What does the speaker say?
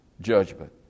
judgment